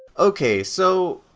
okay, so,